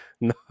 No